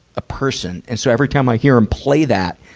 a person. and so, every time i hear him play that,